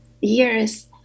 years